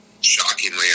shockingly